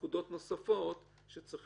נקודות נוספות שצריך